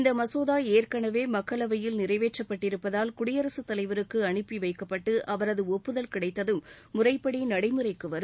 இந்தமசோதாஏற்கனவேமக்களவையில் நிறைவேற்றப்பட்டிருப்பதால் குடியரசுத் தலைவருக்குஅனுப்பிவைக்கப்பட்டுஅவரதுடுப்புதல் கிடைத்ததும் முறைப்படிநடைமுறைக்குவரும்